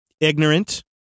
ignorant